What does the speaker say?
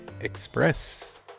Express